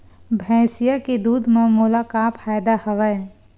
भैंसिया के दूध म मोला का फ़ायदा हवय?